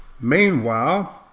Meanwhile